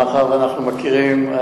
מאחר שאנחנו מכירים,